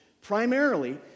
primarily